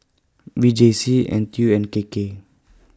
V J C N T U and K K